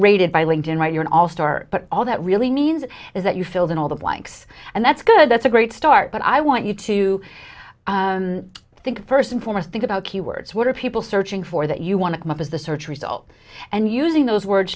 rated by linked in right you're an all star but all that really means is that you filled in all the blanks and that's good that's a great start but i want you to think first and foremost think about keywords what are people searching for that you want to come up as a search result and using those words